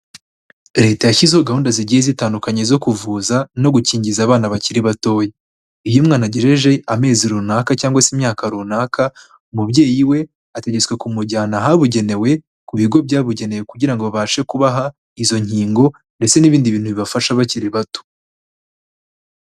Leta yashyizeho gahunda zigiye zitandukanye zo kuvuza no gukingiza abana bakiri batoya. Iyo umwana agejeje amezi runaka cyangwa se imyaka runaka, umubyeyi we, ategetswe kumujyana ahabugenewe ku bigo byabugenewe kugira ngo babashe kubaha izo nkingo ndetse n'ibindi bintu bibafasha bakiri bato.